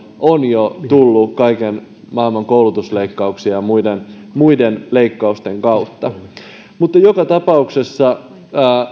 on jo tullut kaiken maailman koulutusleikkauksien ja muiden muiden leikkausten kautta joka tapauksessa